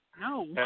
No